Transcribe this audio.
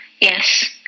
yes